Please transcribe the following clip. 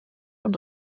und